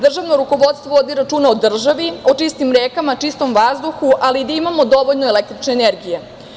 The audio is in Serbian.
Državno rukovodstvo vodi računa o državi, o čistim rekama, o čistom vazduhu, ali i da imamo dovoljno električne energije.